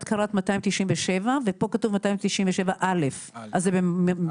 את קראת 297 ופה כתוב 297א. זה כתוב בסדר,